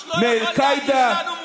מאל-קאעידה?